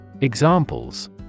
Examples